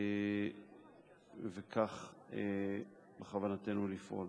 וכך בכוונתנו לפעול.